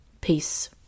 Peace